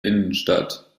innenstadt